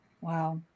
Wow